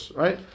right